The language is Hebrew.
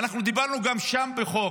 ואנחנו דיברנו גם שם בחוק.